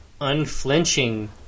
unflinching